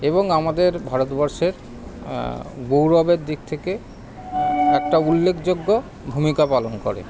এবং আমাদের ভারতবর্ষের গৌরবের দিক থেকে একটা উল্লেখযোগ্য ভূমিকা পালন করে